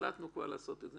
החלטנו כבר לעשות את זה,